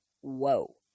whoa